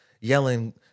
yelling